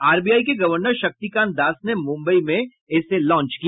RBI के governor Shaktikanta Das ने मुम्बई में इसे लांच किया